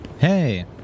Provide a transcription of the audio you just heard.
Hey